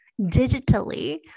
digitally